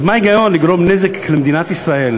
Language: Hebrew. אז מה ההיגיון לגרום נזק למדינת ישראל,